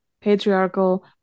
patriarchal